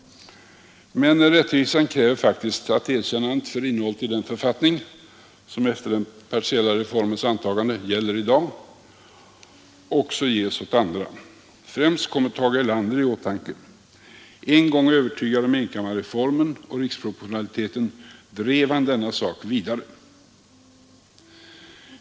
Men rättvisan kräver faktiskt att ett erkännande för innehållet i den författning som efter den partiella reformens antagande gäller i dag också ges åt andra. Främst kommer Tage Erlander i åtanke. En gång övertygad om enkammarreformen och riksproportionaliteten drev han denna sak vidare.